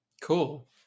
Cool